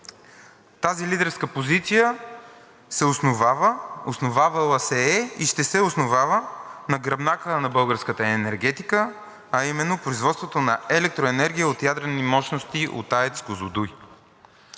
се е и ще се основава на гръбнака на българската енергетика, а именно производството на електроенергия от ядрени мощности от АЕЦ „Козлодуй“.